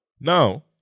Now